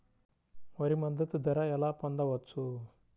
వరి మద్దతు ధర ఎలా పొందవచ్చు?